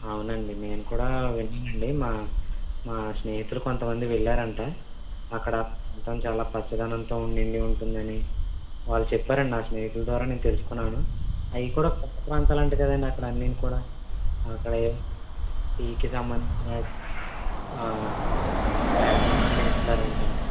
అవునండి నేను కూడా విన్నానండి మా మా స్నేహితులు కొంతమంది వెళ్ళారంట అక్కడ తం చాలా పచ్చదనంతో నిండి ఉంటుందని వాళ్ళు చెప్పారండి నా స్నేహితుల ద్వారా నేను తెలుసుకున్నాను అవి కూడా కొండ ప్రాంతాలంట కదండి అక్కడ అన్నీను కూడా అక్కడ టీకి సంబంధించిన ప్లాంట్లు కూడా పెంచుతారంట